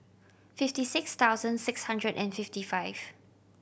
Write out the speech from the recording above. fifty six thousand six hundred and fifty five